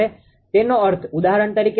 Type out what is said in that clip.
તેનો અર્થ ઉદાહરણ તરીકે ધારો કે તે 0